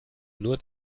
nur